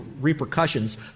repercussions